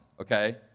Okay